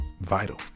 vital